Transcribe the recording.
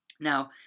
Now